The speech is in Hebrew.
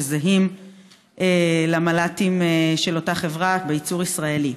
שזהים למל"טים של אותה חברה בייצור ישראלי.